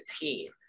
team